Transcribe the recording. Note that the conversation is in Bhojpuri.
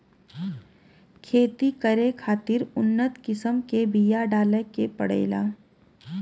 खेती करे खातिर उन्नत किसम के बिया डाले के पड़ेला